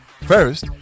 first